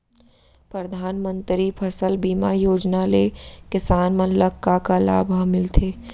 परधानमंतरी फसल बीमा योजना ले किसान मन ला का का लाभ ह मिलथे?